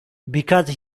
because